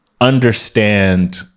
understand